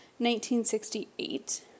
1968